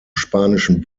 spanischen